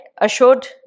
assured